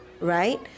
right